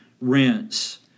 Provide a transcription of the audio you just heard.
rinse